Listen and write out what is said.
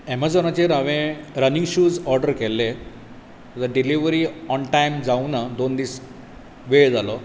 एमजॉनाचेर हांवें running shoes order केल्ले delivery on time जावं ना दोन दीस वेळ जालो